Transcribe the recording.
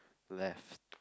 left